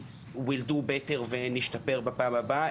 בלהגיד “we’ll do better” ו"נשתפר בפעם הבאה",